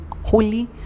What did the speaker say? holy